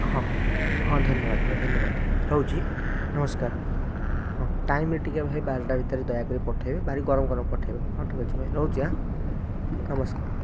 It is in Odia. ହଁ ହଁ ଧନ୍ୟବାଦ ଭାଇ ଧନ୍ୟବାଦ ରହୁଛି ନମସ୍କାର ହଁ ଟାଇମ୍ରେ ଟିକେ ଭାଇ ବାରଟା ଭିତରେ ଦୟାକରି ପଠେଇବେ ଭାରି ଗରମ ଗରମ ପଠେଇବେ ହଁ ଠିକ୍ ଅଛି ଭାଇ ରହୁଛି ଆଁ ନମସ୍କାର